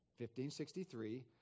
1563